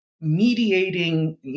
mediating